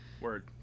Word